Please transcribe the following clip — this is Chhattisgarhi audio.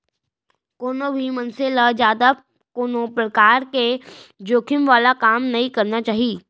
कोनो भी मनसे ल जादा कोनो परकार के जोखिम वाला काम नइ करना चाही